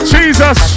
Jesus